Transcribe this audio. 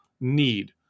need